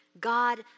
God